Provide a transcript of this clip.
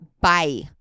Bye